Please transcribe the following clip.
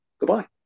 goodbye